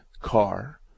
car